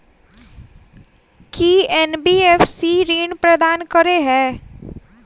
की NBFC ऋण प्रदान करे है?